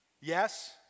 Yes